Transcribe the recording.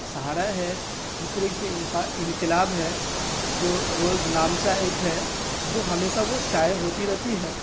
سہارا ہے اس طریقے سے انقلاب ہے جو روزنامچہ ایک ہے جو ہمیشہ وہ شائع ہوتی رہتی ہے